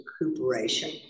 recuperation